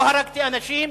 לא הרגתי אנשים.